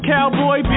Cowboy